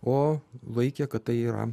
o laikė kad tai yra